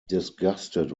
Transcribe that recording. disgusted